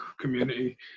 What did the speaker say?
Community